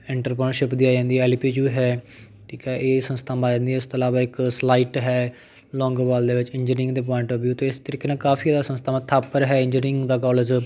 enter ਕੋਆਨਸ਼ਿਪ ਦੀ ਆ ਜਾਂਦੀ ਆ ਐੱਲ ਪੀ ਯੂ ਹੈ ਠੀਕ ਆ ਇਹ ਸੰਸਥਾਵਾਂ ਆ ਜਾਂਦੀਆਂ ਇਸ ਤੋਂ ਇਲਾਵਾ ਇੱਕ ਸਲਾਈਟ ਹੈ ਲੋਂਗੋਵਾਲ ਦੇ ਵਿੱਚ ਇੰਜ਼ਨੀਅਰਿੰਗ ਦੇ ਪੁਆਇੰਟ ਔਫ ਵਿਊ 'ਤੇ ਇਸ ਤਰੀਕੇ ਨਾਲ ਕਾਫੀ ਜ਼ਿਆਦਾ ਸੰਸਥਾਵਾਂ ਥਾਪਰ ਹੈ ਇੰਜ਼ਨੀਅਰਿੰਗ ਦਾ ਕੋਲੇਜ